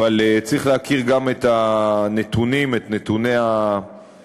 אבל צריך להכיר גם את הנתונים, את נתוני האמת.